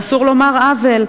ואסור לומר "עוול".